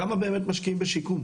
כמה באמת משקיעים בשיקום.